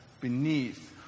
beneath